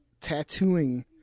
tattooing